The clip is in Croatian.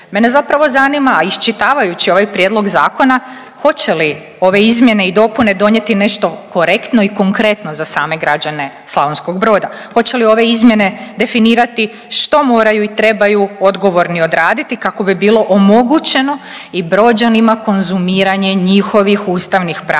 Mene zapravo zanima, a iščitavajući ovaj prijedlog zakona hoće li ove izmjene i dopune donijeti nešto korektno i konkretno za same građane Slavonskog Broda, hoće li ove izmjene definirati što moraju i trebaju odgovorni odraditi kako bi bilo omogućeno i Brođanima konzumiranje njihovih ustavnih prava,